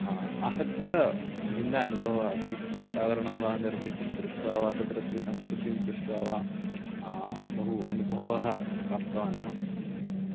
आहत्य भिन्न अनुभवः आसीत् वातावरणं वा निर्मितं दृष्ट्वा वा तत्रत्य संस्कृतिं दृष्ट्वा वा बहु अनुभवः प्राप्तवान् अहम्